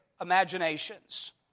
imaginations